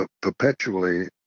perpetually